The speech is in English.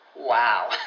Wow